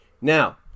Now